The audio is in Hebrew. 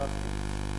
הערכתי,